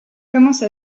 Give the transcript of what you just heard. commence